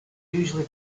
usually